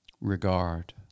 regard